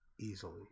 easily